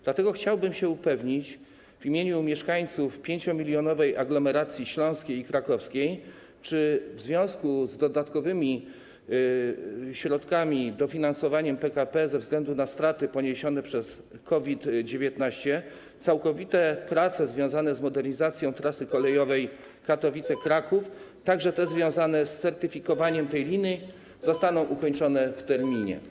Dlatego chciałbym się upewnić w imieniu mieszkańców 5-milionowej aglomeracji śląskiej i krakowskiej, czy w związku z dodatkowymi środkami, dofinansowaniem PKP ze względu na straty poniesione w wyniku COVID-19, całkowite prace związane z modernizacją trasy kolejowej Katowice - Kraków, także te związane z certyfikowaniem tej linii, zostaną ukończone w terminie.